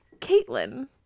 Caitlin